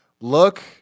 look